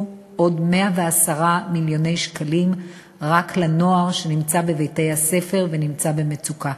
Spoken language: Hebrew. עוד 110 מיליוני שקלים רק לנוער שנמצא בבתי-הספר ונמצא במצוקה.